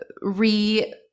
re-